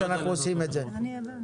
בנובמבר.